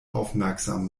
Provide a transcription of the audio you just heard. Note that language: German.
aufmerksam